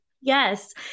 Yes